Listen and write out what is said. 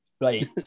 Right